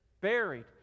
Buried